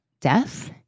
death